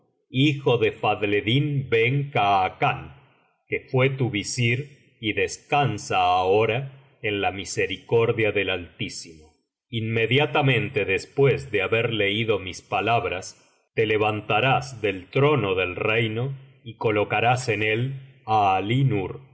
hijo de faclleddín ben khacan que fué tu visir y descansa ahora en la misericordia del altísimo inmediatamente después de haber leído mis palabras te levantarás del trono del reino y colocarás en él á